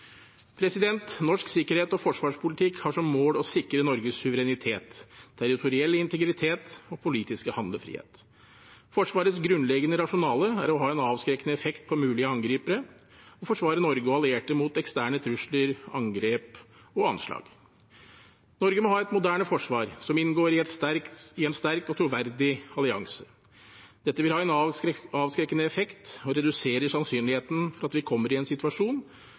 Norsk sikkerhets- og forsvarspolitikk har som mål å sikre Norges suverenitet, territorielle integritet og politiske handlefrihet. Forsvarets grunnleggende rasjonale er å ha en avskrekkende effekt på mulige angripere og forsvare Norge og allierte mot eksterne trusler, angrep og anslag. Norge må ha et moderne forsvar som inngår i en sterk og troverdig allianse. Dette vil ha en avskrekkende effekt og reduserer sannsynligheten for at vi kommer i en situasjon